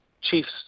Chiefs